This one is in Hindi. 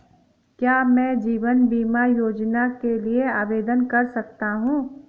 क्या मैं जीवन बीमा योजना के लिए आवेदन कर सकता हूँ?